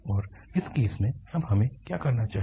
और इस केस में अब हमें क्या करना चाहिए